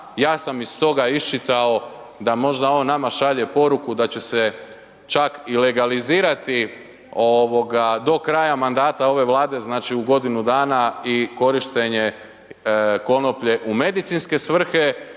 ja sam iz toga isčitao da možda on nama šalje poruku da će se čak i legalizirati do kraja mandata ove Vlade, znači, u godinu dana i korištenje konoplje u medicinske svrhe